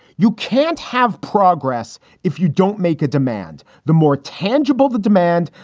you can't have progress if you don't make a demand. the more tangible the demand,